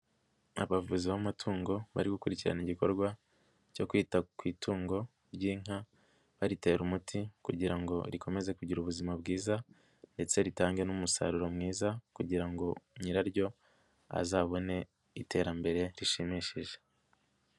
Abavuzi b'amatungo bari gukurikirana igikorwa cyo kwita ku itungo ry'inka baritera umuti kugira ngo rikomeze kugira ubuzima bwiza, ndetse ritange n'umusaruro mwiza kugira ngo nyiraryo azabone iterambere rishimishije.